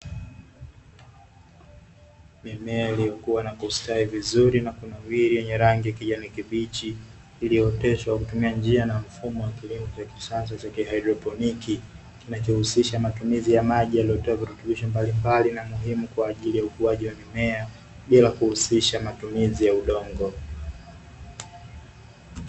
Mimea iliyokua na kustawi vizuri na kunawiri yenye rangi ya kijani kibichi, iliyooteshwa kwa kutumia njia na mfumo wa kilimo cha kisasa cha haidroponi; kinachohusisha matumizi ya maji yaliyotiwa virutubisho mbalimbali na muhimu kwa ajili ya ukuaji wa mimea, bila kuhusisha matumizi ya udongo.